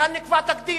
כאן נקבע תקדים,